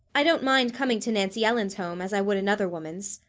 i don't mind coming to nancy ellen's home, as i would another woman's.